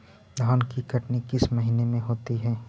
धान की कटनी किस महीने में होती है?